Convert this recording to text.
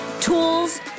tools